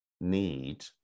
need